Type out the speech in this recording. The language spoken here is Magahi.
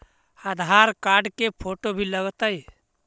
आधार कार्ड के फोटो भी लग तै?